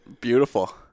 Beautiful